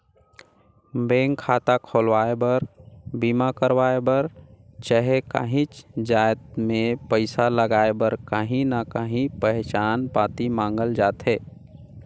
bank खाता खोलवाए बर, बीमा करवाए बर चहे काहींच जाएत में पइसा लगाए बर काहीं ना काहीं पहिचान पाती मांगल जाथे